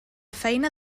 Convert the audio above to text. feina